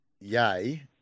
Yay